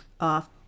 off